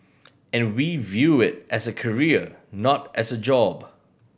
and we view it as a career not as a job